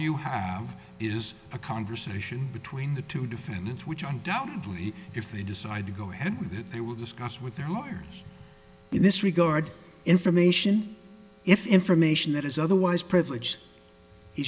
you have is a conversation between the two defendants which i doubt and lee if they decide to go ahead with it they will discuss with their lawyers in this regard information if information that is otherwise privilege